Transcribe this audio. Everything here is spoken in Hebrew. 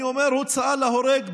אני אומר "הוצאה להורג".